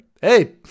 hey